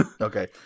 Okay